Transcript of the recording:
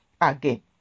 again